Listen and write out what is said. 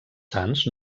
sants